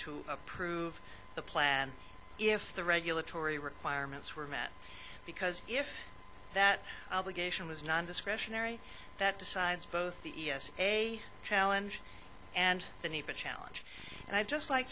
to approve the plan if the regulatory requirements were met because if that obligation was nondiscretionary that decides both the e s a challenge and the need to challenge and i'd just like